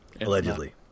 Allegedly